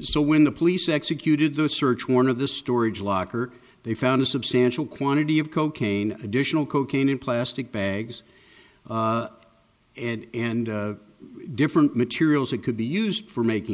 so when the police executed the search warrant of the storage locker they found a substantial quantity of cocaine additional cocaine in plastic bags and and different materials that could be used for making